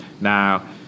Now